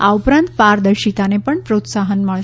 આ ઉપરાંત પારદર્શિતાને પણ પ્રોત્સાહન મળશે